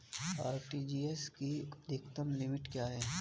RTGS की अधिकतम limit क्या है?